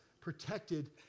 protected